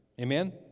Amen